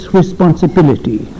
responsibility